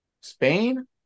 Spain